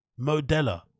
Modella